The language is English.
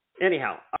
Anyhow